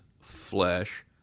flesh